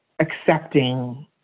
accepting